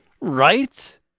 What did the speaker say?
Right